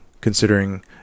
considering